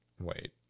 wait